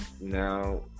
now